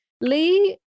Lee